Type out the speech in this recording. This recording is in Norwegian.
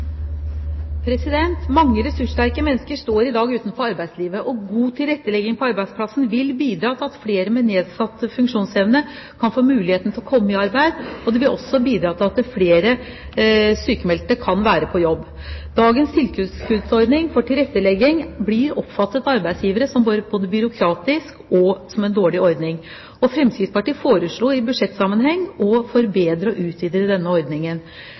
tilrettelegging på arbeidsplassen vil bidra til at flere med nedsatt funksjonsevne kan få muligheten til å komme i arbeid. Det vil også bidra til at flere sykemeldte kan være på jobb. Dagens tilskuddsordning for tilrettelegging blir av arbeidsgivere oppfattet både som byråkratisk og som en dårlig ordning. Fremskrittspartiet foreslo i budsjettsammenheng å forbedre og utvide denne ordningen.